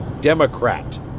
Democrat